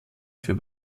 für